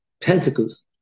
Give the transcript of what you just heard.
Pentacles